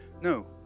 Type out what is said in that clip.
no